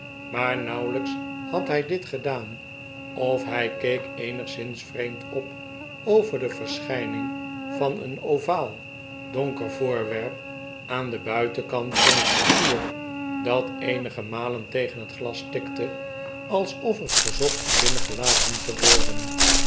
maar nauwelijks had hij dit gedaan of hij keek eenigszins vreemd op over de verschijning van een ovaal donker voorwerp aan den buitenkant van het portier dat eenige raalen tegen het glas tikte alsof het verzocht om binnengelaten te worden